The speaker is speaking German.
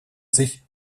sich